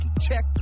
Check